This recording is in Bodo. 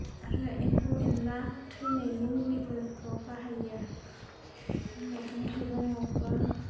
आरो एम्फौ एनला थैनायनि मुलिफोरखौ बाहायो मैगं थाइगंआवबो